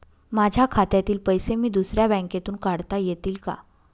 माझ्या खात्यातील पैसे मी दुसऱ्या बँकेतून काढता येतील का?